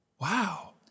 Wow